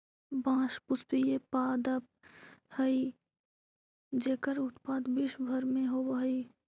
बाँस पुष्पीय पादप हइ जेकर उत्पादन विश्व भर में होवऽ हइ